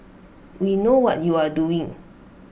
we know what you are doing